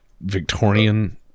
Victorian